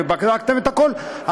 ובדקת את הכול,